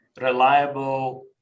reliable